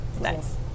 Nice